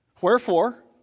Wherefore